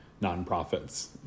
nonprofits